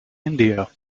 india